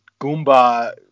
goomba